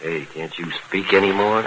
you can't you speak any more